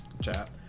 chat